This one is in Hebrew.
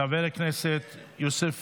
חבר הכנסת יוסף